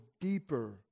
deeper